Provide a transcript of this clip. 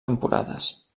temporades